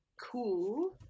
cool